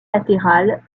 latérales